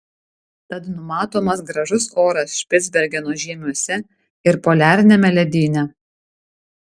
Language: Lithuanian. tad numatomas gražus oras špicbergeno žiemiuose ir poliariniame ledyne